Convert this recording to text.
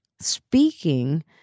speaking